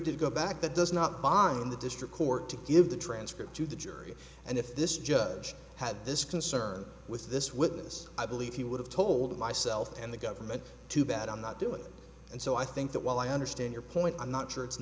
to go back that does not bind the district court to give the transcript to the jury and if this judge had this concern with this witness i believe he would have told myself and the government to that i'm not doing it and so i think that while i understand your point i'm not sure it's an